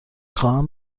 خواهم